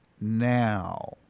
now